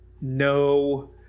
No